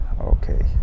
Okay